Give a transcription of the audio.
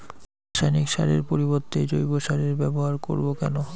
রাসায়নিক সারের পরিবর্তে জৈব সারের ব্যবহার করব কেন?